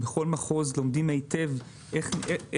בכל מחוז לומדים היטב איפה